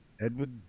Edward